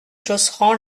josserand